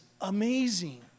amazing